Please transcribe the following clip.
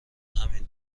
همین